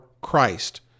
Christ